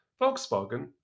Volkswagen